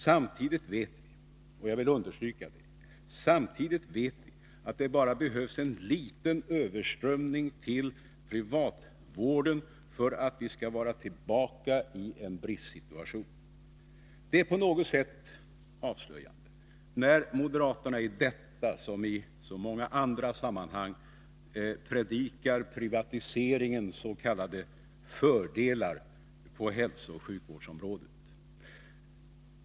Samtidigt vet vi — och jag vill understryka det — att det bara behövs en liten överströmning till privatvården för att vi skall vara tillbaka i en bristsituation. Det är på något sätt avslöjande när moderaterna i detta som i så många andra sammanhang predikar privatiseringens s.k. fördelar på hälsooch sjukvårdsområdet.